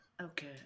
Okay